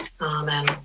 Amen